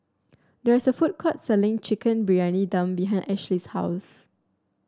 there is a food court selling Chicken Briyani Dum behind Ashlee's house